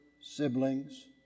siblings